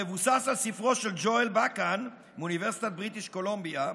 המבוסס על ספרו של ג'ואל באקאן מאוניברסיטת בריטיש קולומביה,